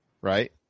right